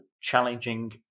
challenging